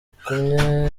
kumwe